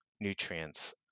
nutrients